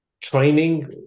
training